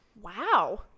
Wow